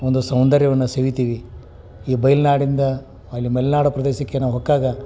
ಒಂದು ಸೌಂದರ್ಯವನ್ನು ಸವೀತೀವಿ ಈ ಬಯ್ಲುನಾಡಿಂದ ಅಲ್ಲಿ ಮಲೆನಾಡ ಪ್ರದೇಶಕ್ಕೆ ನಾವು ಹೊಕ್ಕಾಗ